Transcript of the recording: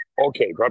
Okay